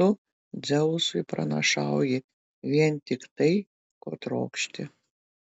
tu dzeusui pranašauji vien tik tai ko trokšti